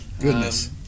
Goodness